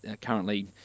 currently